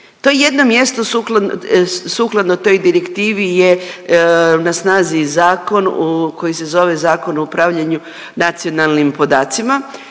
je jedno mjesto sukladno toj direktivi je na snazi zakon koji se zove Zakon o upravljanju nacionalnim podacima